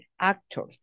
actors